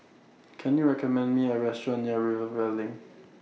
Can YOU recommend Me A Restaurant near Rivervale LINK